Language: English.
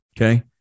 Okay